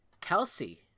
kelsey